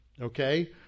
Okay